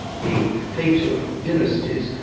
the fate of dynasties,